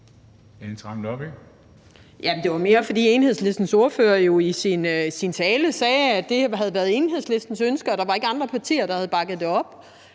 Det var mere, fordi Enhedslistens ordfører jo i sin tale sagde, at det havde været Enhedslistens ønske, og at der ikke var andre partier, der havde bakket det op.